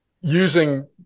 using